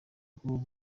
rwo